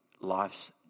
life's